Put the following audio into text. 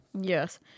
Yes